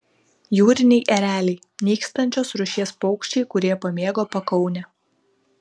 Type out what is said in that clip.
jūriniai ereliai nykstančios rūšies paukščiai kurie pamėgo pakaunę